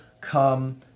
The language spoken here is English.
come